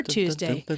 Tuesday